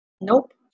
Nope